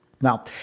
Now